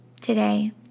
today